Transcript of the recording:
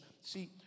See